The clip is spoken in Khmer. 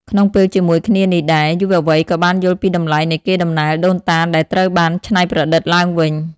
ក្នុងពេលជាមួយគ្នានេះដែរ យុវវ័យក៏បានយល់ពីតម្លៃនៃកេរដំណែលដូនតាដែលត្រូវបានច្នៃប្រឌិតឡើងវិញ។